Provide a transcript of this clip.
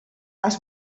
els